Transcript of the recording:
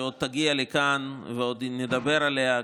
שעוד תגיע לכאן ועוד נדבר עליה,